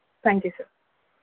thank you sir